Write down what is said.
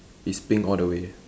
it's pink all the way